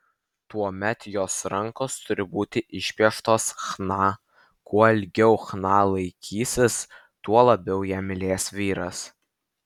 tuomet jos rankos turi būti išpieštos chna kuo ilgiau chna laikysis tuo labiau ją mylės vyras